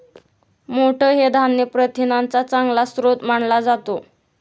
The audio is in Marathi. मोठ हे धान्य प्रथिनांचा चांगला स्रोत मानला जातो